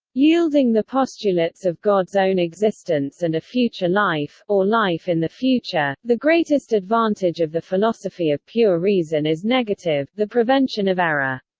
yielding the postulates of god's own existence and a future life, or life in the future the greatest advantage of the philosophy of pure reason is negative, the prevention of error.